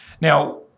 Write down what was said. Now